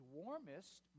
warmest